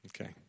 Okay